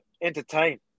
entertain